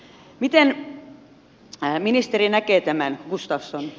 miten ministeri näkee tämän gustafsson